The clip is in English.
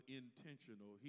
intentional